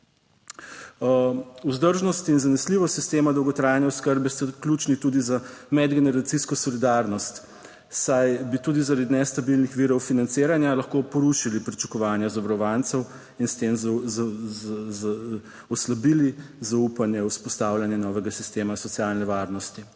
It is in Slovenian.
Vzdržnost in zanesljivost sistema dolgotrajne oskrbe sta ključni tudi za medgeneracijsko solidarnost, saj bi tudi zaradi nestabilnih virov financiranja lahko porušili pričakovanja zavarovancev in s tem oslabili zaupanje v vzpostavljanje novega sistema socialne varnosti.